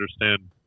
understand